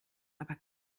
aber